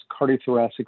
Cardiothoracic